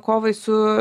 kovai su